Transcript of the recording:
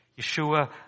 Yeshua